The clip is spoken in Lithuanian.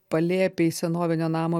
palėpėj senovinio namo